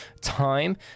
time